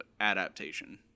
adaptation